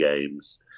games